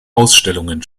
ausstellungen